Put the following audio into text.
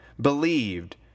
believed